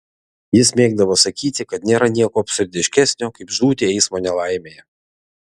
jis mėgdavo sakyti kad nėra nieko absurdiškesnio kaip žūti eismo nelaimėje